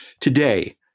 today